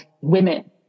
women